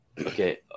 Okay